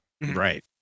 right